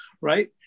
right